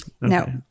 No